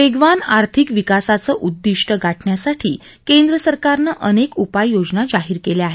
वेगवान आर्थिक विकासाचं उद्दिष्ट्य गाठण्यासाठी केंद्र सरकारनं अनेक उपाययोजना जाहीर केल्या आहेत